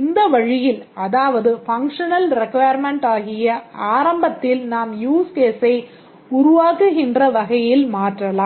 இந்த வழியில் அதாவது functional requirement ஆகிய ஆரம்பத்தில் நாம் யூஸ் கேஸை உருவாக்குகின்ற வகையில் மாற்றலாம்